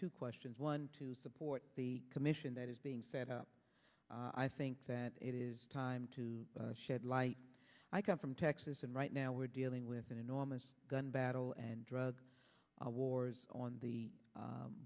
two questions one to support the commission that is being set up i think that it is time to shed light i come from texas and right now we're dealing with an enormous gun battle and drug wars on the